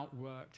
outworked